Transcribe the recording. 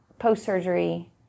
Post-surgery